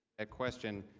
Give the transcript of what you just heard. that question,